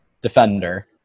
defender